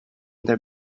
their